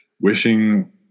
wishing